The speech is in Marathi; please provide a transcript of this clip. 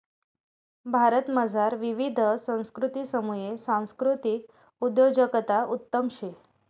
भारतमझार विविध संस्कृतीसमुये सांस्कृतिक उद्योजकता उत्तम शे